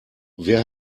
wer